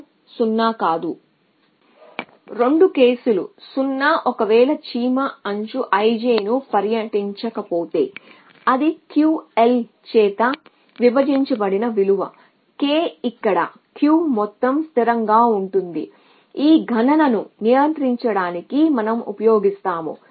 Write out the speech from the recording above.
కాబట్టి 2 కేసులు 0 ఒకవేళ చీమ అంచు i j ను పర్యటించకపోతే అది q L చేత విభజించబడిన విలువ k ఇక్కడ q మొత్తం స్థిరంగా ఉంటుంది అది ఈ గణనను నియంత్రించడానికి మనం ఉపయోగిస్తాము